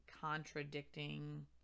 contradicting